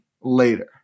later